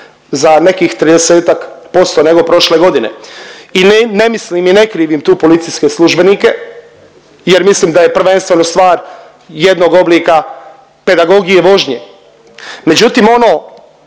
za nekih 30-tak posto nego prošle godine i ne mislim i ne krivim tu policijske službenike jer mislim da je prvenstveno stvar jednog oblika pedagogije vožnje. Međutim ono